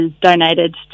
donated